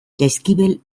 jaizkibel